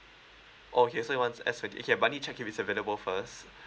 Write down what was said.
oh okay so you want S twenty okay but need check if it's available first